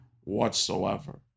whatsoever